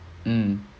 mm